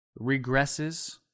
regresses